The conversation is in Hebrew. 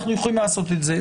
אנחנו יכולים לעשות את זה,